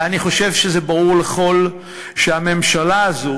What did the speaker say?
ואני חושב שברור לכול שהממשלה הזאת